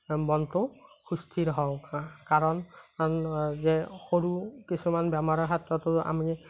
মনটো সুস্থিৰ হওঁ কাৰণ যে সৰু কিছুমান বেমাৰৰ ক্ষেত্ৰতো আমি